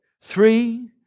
Three